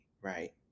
right